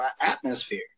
atmosphere